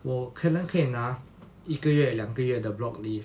我可能可以拿一个月两个月的 block leave